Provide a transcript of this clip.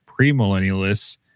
premillennialists